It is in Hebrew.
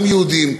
גם יהודים.